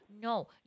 no